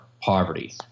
poverty